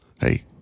hey